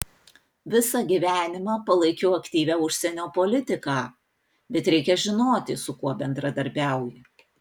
visą gyvenimą palaikiau aktyvią užsienio politiką bet reikia žinoti su kuo bendradarbiauji